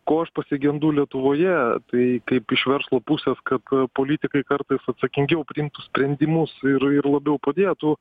ko aš pasigendu lietuvoje tai kaip iš verslo pusės kad politikai kartais atsakingiau priimtų sprendimus ir ir labiau padėtų